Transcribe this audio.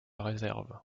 réserve